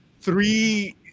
three